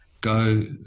go